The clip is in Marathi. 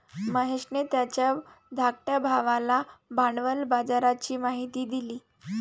महेशने त्याच्या धाकट्या भावाला भांडवल बाजाराची माहिती दिली